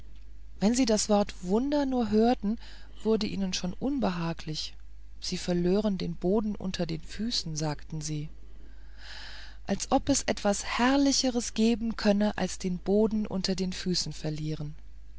wenn sie das wort wunder nur hörten wurde ihnen schon unbehaglich sie verlören den boden unter den füßen sagten sie als ob es etwas herrlicheres geben könnte als den boden unter den füßen zu verlieren